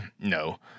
no